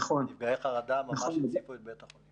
נפגעי חרדה הציפו את בית החולים.